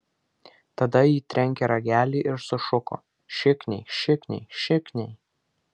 tada ji trenkė ragelį ir sušuko šikniai šikniai šikniai